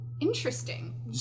Interesting